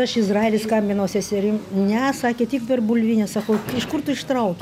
aš į izraelį skambinau seserim ne sakė tik dar bulvinę sakau iš kur tu ištraukei